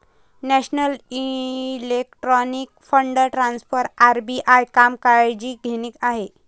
national electronic fund transfer RBI काम काळजी घेणे आहे